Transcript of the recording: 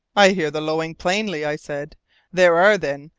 i hear the lowing plainly, i said there are, then,